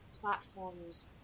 platforms